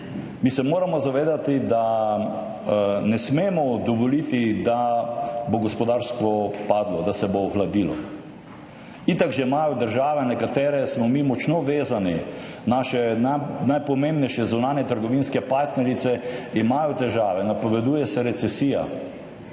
Mi se moramo zavedati, da ne smemo dovoliti, da bo gospodarstvo padlo, da se bo ohladilo. Itak že imajo države, na katere smo mi močno vezani, naše najpomembnejše zunanjetrgovinske partnerice, težave, napoveduje se recesija.